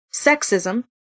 Sexism